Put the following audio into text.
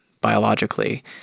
biologically